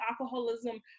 alcoholism